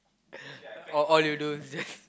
all all you do is just